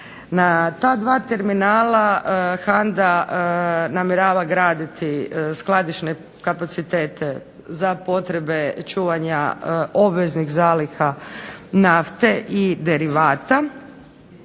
Na ta dva terminala HANDA namjerava graditi skladišne kapacitete za potrebe čuvanja obveznih zaliha nafte i derivata